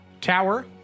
tower